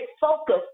focus